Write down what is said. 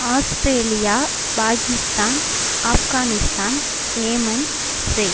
Australia Pakistan Afghanistan amen Israel